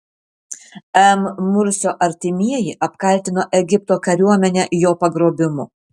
m mursio artimieji apkaltino egipto kariuomenę jo pagrobimu